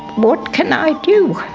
what can i do?